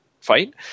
fight